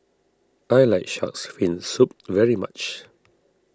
I like Shark's Fin Soup very much